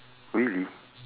really